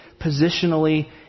positionally